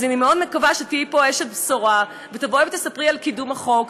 אז אני מאוד מקווה שתהיי פה אשת בשורה ותספרי על קידום החוק,